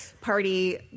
party